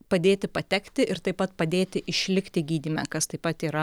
padėti patekti ir taip pat padėti išlikti gydyme kas taip pat yra